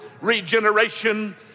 Regeneration